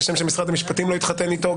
כשם שמשרד המשפטים לא התחתן איתו,